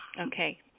Okay